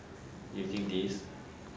fifteen days